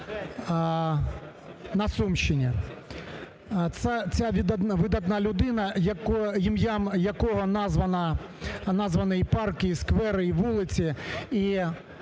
на Сумщині. Ця видатна людина, ім'ям якого названі парки і сквери, і вулиці.